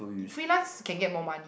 freelance can get more money